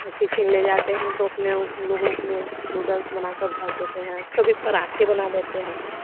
और टिफ़िन ले जाते हैं तो अपने में नूडल्स बनाकर भर देते हैं कभी पराँठे बना देते हैं